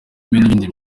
n’ibindi